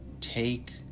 take